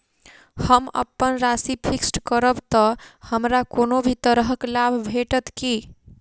हम अप्पन राशि फिक्स्ड करब तऽ हमरा कोनो भी तरहक लाभ भेटत की?